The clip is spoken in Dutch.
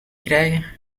krijgen